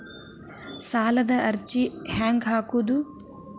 ಸಾಲದ ಅರ್ಜಿ ಹೆಂಗ್ ಹಾಕುವುದು?